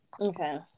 Okay